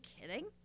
kidding